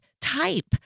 type